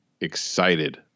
excited